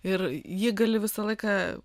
ir jį gali visą laiką